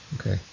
Okay